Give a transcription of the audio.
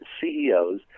CEOs